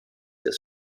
des